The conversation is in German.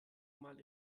mal